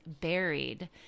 buried